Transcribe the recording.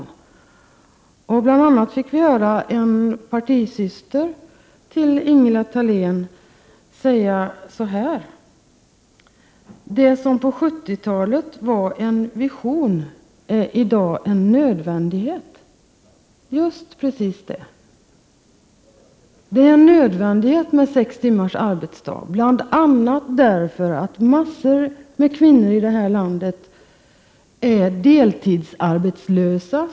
Vi fick bl.a. höra en partisyster till Ingela Thalén säga följande: Det som på 1970-talet var en vision är i dag en nödvändighet. Just precis, det är nödvändigt med sex timmars arbetsdag bl.a. därför att många kvinnor i detta land är deltidsarbetslösa.